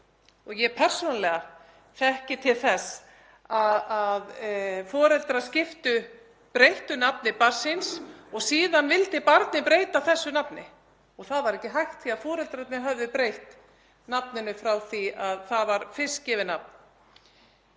þekki persónulega til þess að foreldrar breyttu nafni barns síns og síðan vildi barnið breyta þessu nafni og það var ekki hægt því að foreldrarnir höfðu breytt nafninu frá því að það var fyrst gefið.